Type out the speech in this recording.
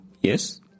yes